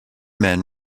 men